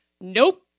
nope